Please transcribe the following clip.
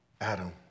Adam